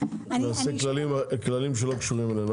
נעשה כללים שלא קשורים אלינו.